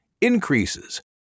increases